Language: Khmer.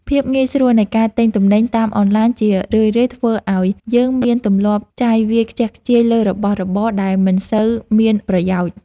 ភាពងាយស្រួលនៃការទិញទំនិញតាមអនឡាញជារឿយៗធ្វើឱ្យយើងមានទម្លាប់ចាយវាយខ្ជះខ្ជាយលើរបស់របរដែលមិនសូវមានប្រយោជន៍។